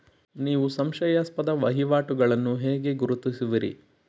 ನೀವು ಸಂಶಯಾಸ್ಪದ ವಹಿವಾಟುಗಳನ್ನು ಹೇಗೆ ಗುರುತಿಸುವಿರಿ?